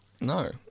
No